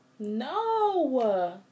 No